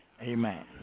Amen